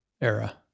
era